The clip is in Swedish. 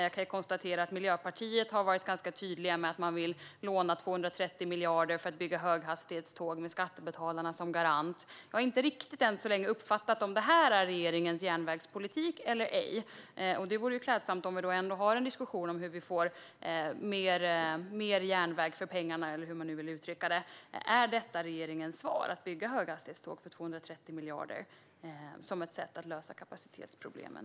Jag kan konstatera att Miljöpartiet har varit ganska tydliga med att man vill låna 230 miljarder för att bygga höghastighetståg med skattebetalarna som garant. Jag har än så länge inte riktigt uppfattat om det här är regeringens järnvägspolitik eller ej. Om vi nu har en diskussion om hur vi får mer järnväg för pengarna, eller hur man nu vill uttrycka det, vore det ju klädsamt om statsrådet kunde redogöra för om detta är regeringens svar - att bygga höghastighetståg för 230 miljarder som ett sätt att lösa kapacitetsproblemen.